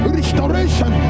restoration